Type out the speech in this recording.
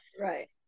right